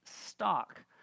stock